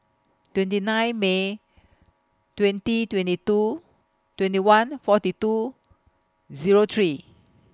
twenty nine May twenty twenty two twenty one forty two Zero three